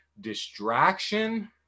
distraction